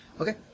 okay